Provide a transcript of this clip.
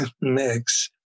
mix